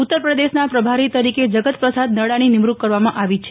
ઉત્તર પ્રદેશના પ્રભારી તરીકે જગત પ્રસાદ નફાની નિમણૂક કરવામાં આવી છે